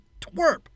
twerp